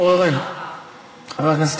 חבר הכנסת